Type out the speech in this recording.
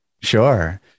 Sure